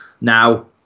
Now